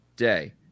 day